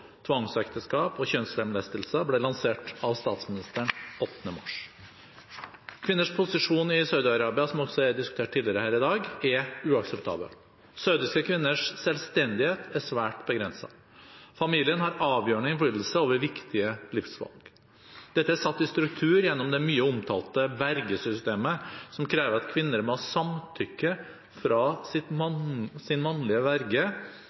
tvangsekteskap og kjønnslemlestelse ble lansert av statsministeren 8. mars. Kvinners posisjon i Saudi-Arabia – som også er blitt diskutert tidligere her i dag – er uakseptabel. Saudiske kvinners selvstendighet er svært begrenset. Familien har avgjørende innflytelse over viktige livsvalg. Dette er satt i struktur gjennom det mye omtalte vergesystemet, som krever at kvinner må ha samtykke fra sin mannlige verge